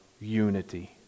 unity